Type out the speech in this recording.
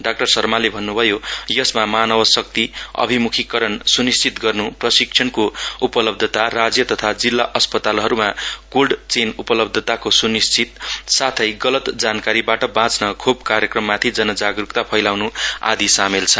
doctor शर्माले भन्न्भयो यसमा मानवशक्ति अभिम्खीकरण स्निश्चित गर्न् प्रशिक्षणको उपलब्धता राज्य तथा जिल्ला अस्पतालहरूमा कोल्ड चेन उपलब्धताको सुनिश्चित साथै गलत जानकारिबाट बाँच्न खोप कार्यक्रममाथि जन जागरूकता फैलाउन् आदि सामेल छन्